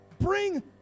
Bring